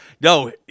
no